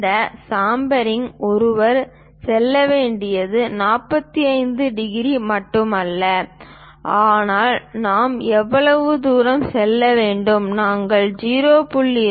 இந்த சாம்ஃபெரிங் ஒருவர் செல்ல வேண்டியது 45 டிகிரி மட்டுமல்ல ஆனால் நாம் எவ்வளவு தூரம் செல்ல வேண்டும் நாங்கள் 0